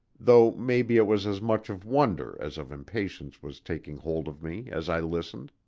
though maybe it was as much of wonder as of impatience was taking hold of me as i listened.